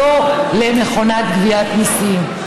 והוא לא מכונת גביית מיסים.